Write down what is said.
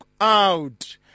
out